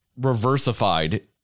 reversified